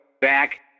back